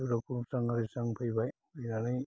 खुलुमस्रां आरिस्रां फैबाय फैनानै